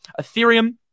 Ethereum